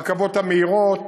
הרכבות המהירות,